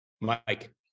Mike